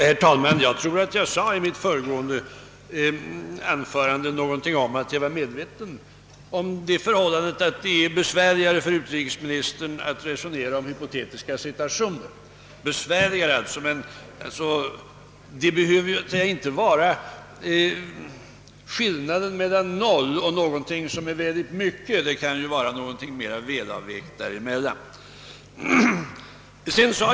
Herr talman! Jag tror att jag i mitt föregående anförande sade att jag var medveten om att det är besvärligare för utrikesministern att resonera om hypotetiska situationer. Men skillnaden behöver ju inte vara så stor som mellan noll och något mycket högt tal; den kan ju vara något däremellan.